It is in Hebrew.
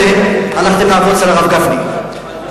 עושים את זה.